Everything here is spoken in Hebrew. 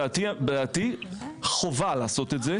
דעתי היא שחובה לעשות את זה.